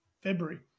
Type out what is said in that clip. February